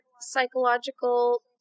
psychological